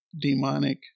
demonic